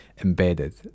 embedded